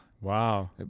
Wow